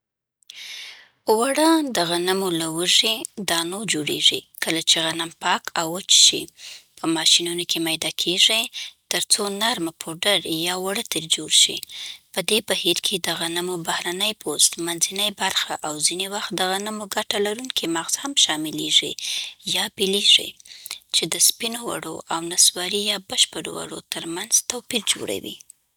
وړه د غنمو له وږي دانو جوړېږي. کله چې غنم پاک او وچه شي، په ماشینونو کې میده کېږي تر څو نرمه پوډر یا اوړه ترې جوړ شي. په دې بهیر کې د غنمو بهرنی پوست، منځنی برخه، او ځینې وخت د غنمو ګټه لرونکی مغز هم شاملېږي یا بېلېږي، چې د سپینو اوړو او نسواري یا بشپړو اوړو ترمنځ توپیر جوړوي.